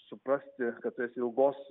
suprasti kad tu esi ilgos